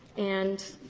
and